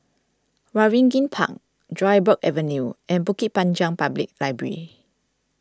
Waringin Park Dryburgh Avenue and Bukit Panjang Public Library